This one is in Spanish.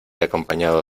acompañado